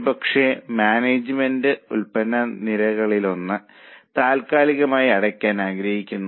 ഒരുപക്ഷേ മാനേജ്മെന്റ് ഉൽപ്പന്ന നിരകളിലൊന്ന് താൽകാലികമായി അടക്കാൻ ആഗ്രഹിക്കുന്നു